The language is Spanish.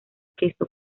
queso